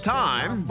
time